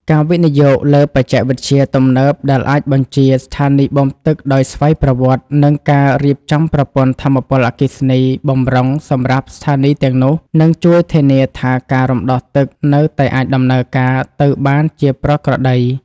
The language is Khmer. ការវិនិយោគលើបច្ចេកវិទ្យាទំនើបដែលអាចបញ្ជាស្ថានីយបូមទឹកដោយស្វ័យប្រវត្តិ និងការរៀបចំប្រព័ន្ធថាមពលអគ្គិសនីបម្រុងសម្រាប់ស្ថានីយទាំងនោះ នឹងជួយធានាថាការរំដោះទឹកនៅតែអាចដំណើរការទៅបានជាប្រក្រតី។